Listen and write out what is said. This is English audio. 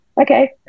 okay